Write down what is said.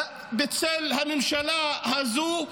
בצל הממשלה הזו,